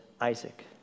Isaac